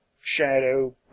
shadow